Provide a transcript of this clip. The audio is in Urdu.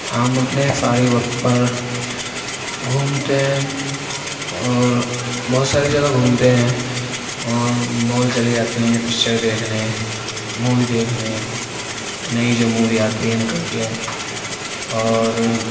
ہم اپنے فارغ وقت پر گھومتے ہیں اور بہت ساری جگہ گھومتے ہیں اور مال چلے جاتے ہیں پکچر دیکھنے مووی دیکھنے نئی جو مووی آتی ہے نکلتی ہے اور